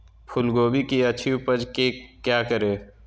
फूलगोभी की अच्छी उपज के क्या करे?